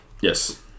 yes